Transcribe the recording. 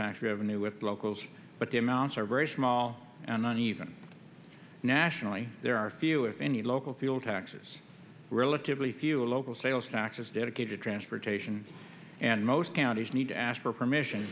tax revenue with locals but the amounts are very small uneven nationally there are few if any local fuel taxes relatively few local sales taxes dedicated transportation and most counties need to ask for permission